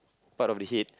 part of the head